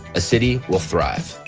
a city will thrive.